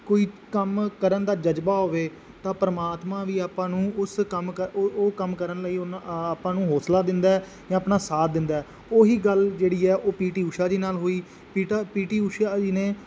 ਕੋਈ ਕੰਮ ਕਰਨ ਦਾ ਜਜ਼ਬਾ ਹੋਵੇ ਤਾਂ ਪਰਮਾਤਮਾ ਵੀ ਆਪਾਂ ਨੂੰ ਉਸ ਕੰਮ ਕਰ ਉਹ ਉਹ ਕੰਮ ਕਰਨ ਲਈ ਉਹਨਾਂ ਆ ਆਪਾਂ ਨੂੰ ਹੌਸਲਾ ਦਿੰਦਾ ਜਾਂ ਆਪਣਾ ਸਾਥ ਦਿੰਦਾ ਉਹ ਹੀ ਗੱਲ ਜਿਹੜੀ ਹੈ ਉਹ ਪੀ ਟੀ ਊਸ਼ਾ ਜੀ ਨਾਲ ਹੋਈ ਪੀ ਟਾ ਪੀ ਟੀ ਜੀ ਨੇ